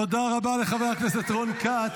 תודה רבה לחבר הכנסת רון כץ.